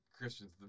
Christian's